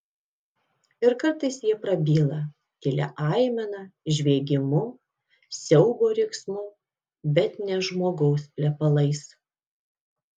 ir kartais jie prabyla tylia aimana žviegimu siaubo riksmu bet ne žmogaus plepalais